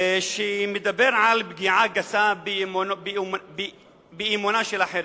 שמדבר על פגיעה גסה באמונתם של אחרים.